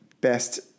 best